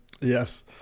Yes